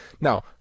Now